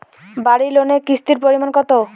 বাড়ি লোনে কিস্তির পরিমাণ কত?